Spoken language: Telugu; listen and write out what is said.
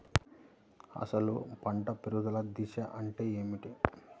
అసలు పంట పెరుగుదల దశ అంటే ఏమిటి?